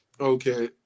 Okay